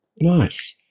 Nice